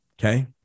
okay